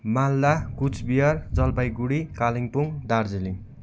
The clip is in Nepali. मालदा कुचबिहार जलपाइगुडी कालिम्पोङ दार्जिलिङ